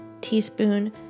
teaspoon